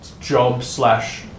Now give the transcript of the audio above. job-slash-